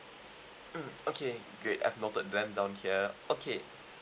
mm okay great I've noted that down here okay